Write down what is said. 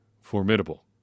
formidable